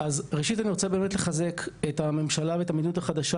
ראשית אני רוצה לחזק את הממשלה ואת המדיניות החדשה,